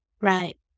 Right